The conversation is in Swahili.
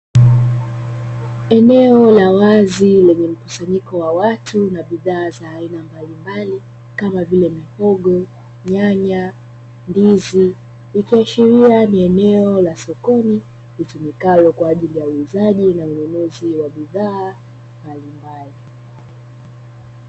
Eneo la wazi lenye mkusanyiko wa watu na bidhaa za aina mbalimbali kama vile: mihogo, nyanya, ndizi, ikiashiria ni eneo la sokoni litumikalo kwa ajili ya uuzaji na ununuzi wa bidhaa mbalimbali.